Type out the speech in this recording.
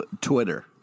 Twitter